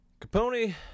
Capone